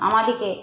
আমাদেরকে